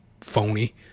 phony